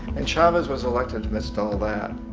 and chavez was elected amidst all that.